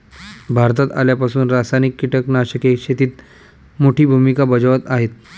भारतात आल्यापासून रासायनिक कीटकनाशके शेतीत मोठी भूमिका बजावत आहेत